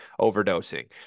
overdosing